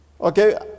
okay